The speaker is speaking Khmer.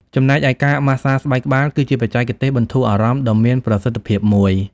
ចំណែកឯ ការម៉ាស្សាស្បែកក្បាល គឺជាបច្ចេកទេសបន្ធូរអារម្មណ៍ដ៏មានប្រសិទ្ធភាពមួយ។